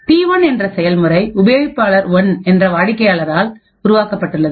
T1 என்ற செயல்முறை உபயோகிப்பாளர் 1 என்ற வாடிக்கையாளரால்உருவாக்கப்பட்டுள்ளது